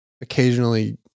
occasionally